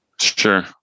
Sure